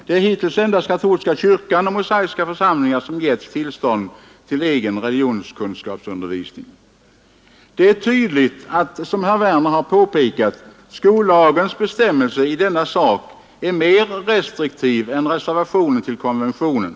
Det är hittills endast katolska kyrkan och mosaiska församlingar som getts tillstånd till egen religionskunskapsundervisning. Det är tydligt att, som herr Werner i Malmö har påpekat, skollagens bestämmelse i denna sak är mer restriktiv än reservationen till konventionen.